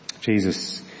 Jesus